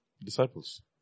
Disciples